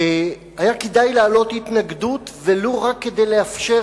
היה כדאי להעלות התנגדות ולו רק כדי לאפשר